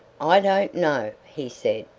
i don't know! he said.